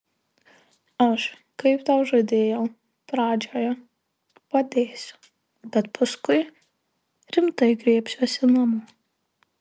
aš kaip tau žadėjau pradžioje padėsiu bet paskui rimtai griebsiuosi namo